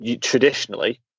traditionally